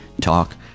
Talk